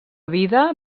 vida